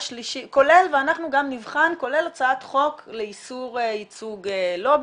ואנחנו גם נבחן כולל הצעת חוק לאסור ייצוג לובי,